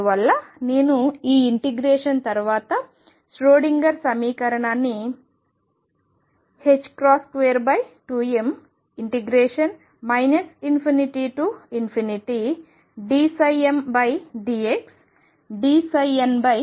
అందువల్ల నేను ఈ ఇంటిగ్రేషన్ తర్వాత ష్రోడింగర్ సమీకరణాన్ని22m ∞dmdxdndxdx ∞mVxndxEn ∞mndx